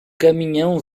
caminhão